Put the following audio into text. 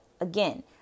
again